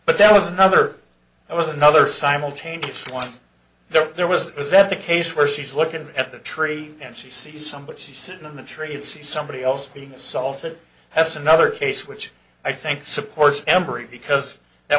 but there was another there was another simultaneous one there there was a sceptic case where she's looking at the tree and she sees somebody sitting on the train see somebody else being assaulted that's another case which i think supports embry because that